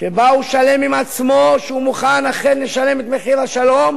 שבו הוא שלם עם עצמו שהוא אכן מוכן לשלם את מחיר השלום,